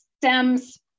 stems